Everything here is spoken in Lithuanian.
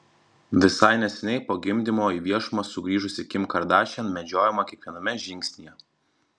visai neseniai po gimdymo į viešumą sugrįžusi kim kardashian medžiojama kiekviename žingsnyje